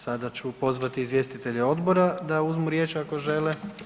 Sada ću pozvati izvjestitelje odbora da uzmu riječ ako žele?